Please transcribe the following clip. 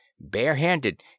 Barehanded